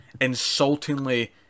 insultingly